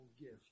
gift